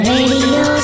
Radio